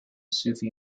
sufi